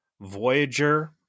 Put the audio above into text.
Voyager